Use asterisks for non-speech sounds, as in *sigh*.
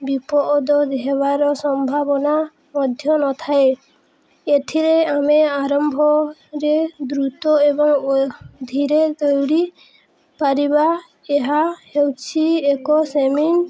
ବିପଦ ହେବାର ସମ୍ଭାବନା ମଧ୍ୟ ନଥାଏ ଏଥିରେ ଆମେ ଆରମ୍ଭରେ ଦ୍ରୁତ ଏବଂ *unintelligible* ଧୀରେ ଦଉଡ଼ି ପାରିବା ଏହା ହେଉଛି ଏକ ମେସିନ୍